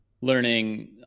learning